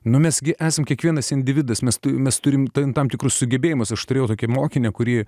nu mes gi esam kiekvienas individas mes tu mes turime tam tikrus sugebėjimus aš turėjau tokią mokinę kurį